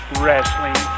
wrestling